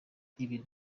ibi